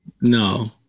no